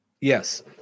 yes